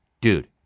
dude